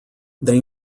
they